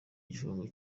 igifungo